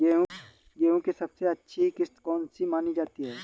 गेहूँ की सबसे अच्छी किश्त कौन सी मानी जाती है?